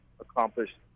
accomplished